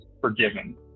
forgiven